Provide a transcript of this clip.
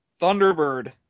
Thunderbird